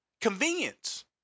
Convenience